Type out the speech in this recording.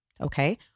okay